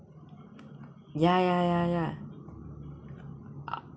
ya ya ya ya